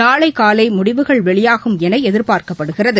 நாளை காலை முடிவுகள் வெளியாகும் என எதிர்பார்க்கப்படுகிறது